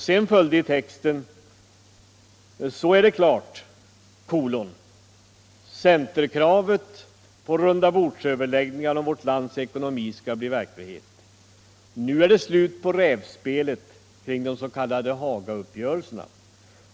Sedan följde i texten: ”Så är det klart: Centerkravet på rundabordsöverläggningar om vårt lands ekonomi skall bli verklighet. Nu är det slut på rävspelet kring de s.k. Haga-uppgörelserna.